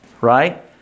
right